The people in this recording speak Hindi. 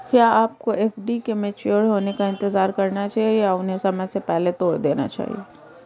क्या आपको एफ.डी के मैच्योर होने का इंतज़ार करना चाहिए या उन्हें समय से पहले तोड़ देना चाहिए?